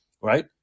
right